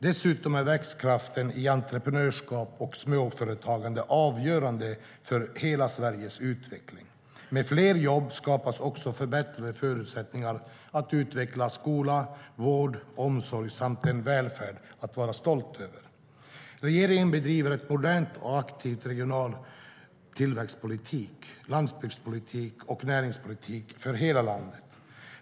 Dessutom är växtkraften i entreprenörskap och småföretagande avgörande för hela Sveriges utveckling. Med fler jobb skapas också förbättrade förutsättningar att utveckla skola, vård och omsorg samt en välfärd att vara stolt över. Regeringen bedriver en modern och aktiv regional tillväxtpolitik, landsbygdspolitik och näringspolitik för hela landet.